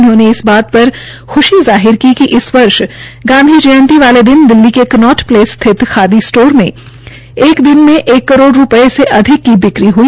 उन्होंने इस बात पर ख्शी जाहिर कि कि इस वर्ष गांधी जंयती वाले दिन दिल्ली के कनॉट प्लेस स्थित खादी सटोर में एक दिन में एक करोड़ रूपये से अधिक की बिक्री हई